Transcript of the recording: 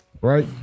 Right